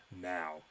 now